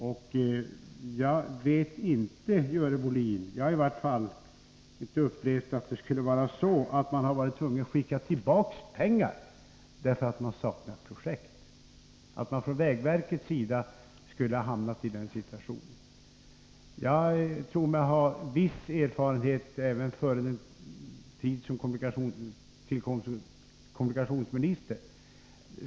I varje fall har inte jag, Görel Bohlin, upplevt att man från vägverkets sida skulle ha hamnat i den situationen att man varit tvungen att skicka tillbaka pengar på grund av att man saknat projekt. Jag tror mig ha viss erfarenhet, och det gäller även tiden innan jag blev kommunikationsminister.